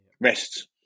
rests